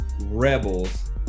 rebels